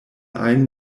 ajn